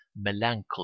melancholy